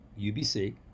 UBC